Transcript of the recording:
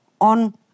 on